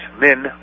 men